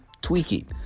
tweaking